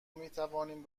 میتوانیم